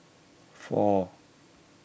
four